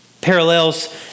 parallels